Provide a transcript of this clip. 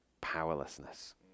powerlessness